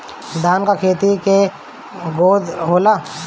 धान का खेती के ग्रोथ होला?